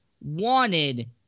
wanted